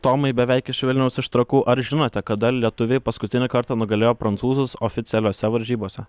tomai beveik iš vilniaus iš trakų ar žinote kada lietuviai paskutinį kartą nugalėjo prancūzus oficialiose varžybose